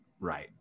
right